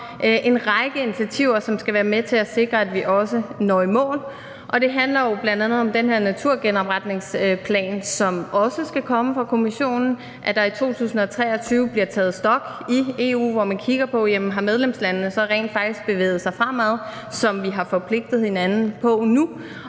en række initiativer, som skal være med til at sikre, at vi også når i mål, og det handler jo bl.a. om den her naturgenopretningsplan, som også skal komme fra Kommissionen, at der i 2023 bliver taget stock i EU, hvor man kigger på, om medlemslandene så rent faktisk har bevæget sig fremad, som vi har forpligtet hinanden på nu,